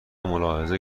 ملاحظه